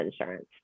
insurance